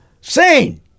Sane